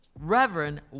Reverend